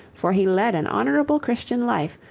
for he led an honorable christian life,